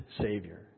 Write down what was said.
Savior